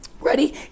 Ready